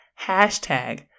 hashtag